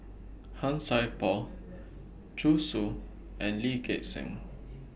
Han Sai Por Zhu Xu and Lee Gek Seng